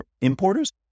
importers